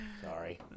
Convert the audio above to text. Sorry